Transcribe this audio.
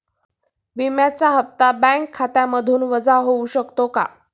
विम्याचा हप्ता बँक खात्यामधून वजा होऊ शकतो का?